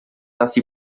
tasti